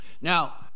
Now